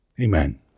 Amen